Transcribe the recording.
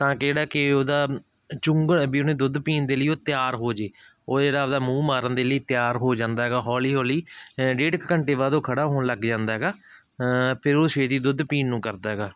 ਤਾਂ ਕਿ ਜਿਹੜਾ ਕਿ ਉਹਦਾ ਚੁੰਘਲ ਹੈ ਵੀ ਉਹਨੇ ਦੁੱਧ ਪੀਣ ਦੇ ਲਈ ਉਹ ਤਿਆਰ ਹੋਜੇ ਉਹ ਇਹਦਾ ਆਪਦਾ ਮੂੰਹ ਮਾਰਨ ਦੇ ਲਈ ਤਿਆਰ ਹੋ ਜਾਂਦਾ ਹੈਗਾ ਹੌਲੀ ਹੌਲੀ ਡੇਢ ਕੁ ਘੰਟੇ ਬਾਅਦ ਉਹ ਖੜ੍ਹਾ ਹੋਣ ਲੱਗ ਜਾਂਦਾ ਹੈਗਾ ਫਿਰ ਉਹ ਫੇਰ ਹੀ ਦੁੱਧ ਪੀਣ ਨੂੰ ਕਰਦਾ ਹੈਗਾ